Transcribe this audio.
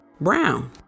brown